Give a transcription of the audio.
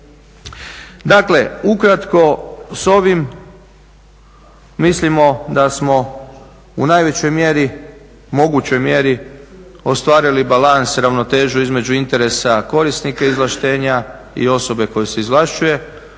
Dakle ukratko, sa ovim mislimo da smo u najvećoj mjeri, mogućoj mjeri ostvarili balans, ravnotežu između interesa korisnika izvlaštenja i osobe koja se izvlašćuje.